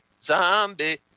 Zombie